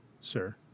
sir